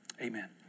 Amen